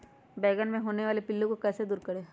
बैंगन मे होने वाले पिल्लू को कैसे दूर करें?